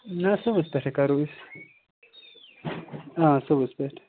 نہَ صُبَحس پٮ۪ٹھٕے کَرو أسۍ آ صُبَحس پٮ۪ٹھ